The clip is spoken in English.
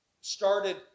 started